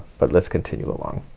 but let's continue along.